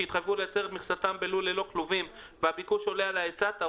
נתחיל מהסוף להתחלה עם השאלה המהותית ורצינית של היועצת המשפטית של